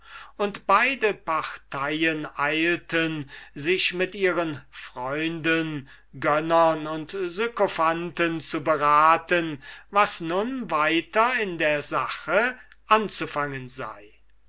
und beide parteien eilten sich mit ihren freunden gönnern und sykophanten zu beraten was nun weiter in der sache anzufangen sei